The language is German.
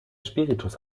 spiritus